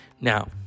Now